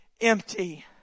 empty